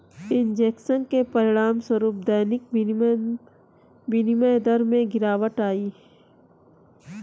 injection के परिणामस्वरूप दैनिक विनिमय दर में गिरावट आई